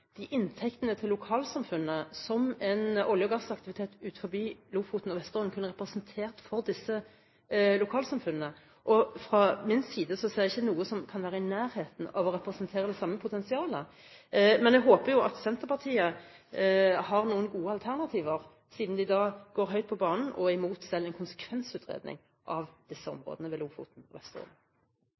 de arbeidsplassene og de inntektene som en olje- og gassaktivitet utenfor Lofoten og Vesterålen kunne ha representert for disse lokalsamfunnene. Fra min side ser jeg ikke noe som kan være i nærheten av å representere det samme potensialet. Men jeg håper at Senterpartiet har noen gode alternativer, siden de går høyt på banen og er imot selv en konsekvensutredning av disse områdene ved Lofoten og Vesterålen.